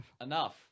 Enough